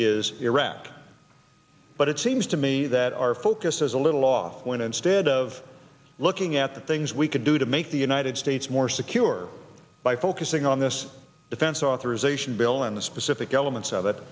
is iraq but it seems to me that our focus is a little law when instead of looking at the things we could do to make the united states more secure by focusing on this defense authorization bill and the specific elements of it